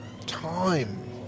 time